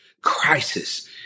crisis